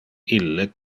ille